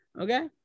okay